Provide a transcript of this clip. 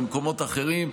במקומות אחרים,